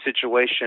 situation